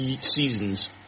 seasons